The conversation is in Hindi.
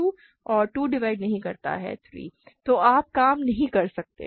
3 तो आप काम नहीं कर सकते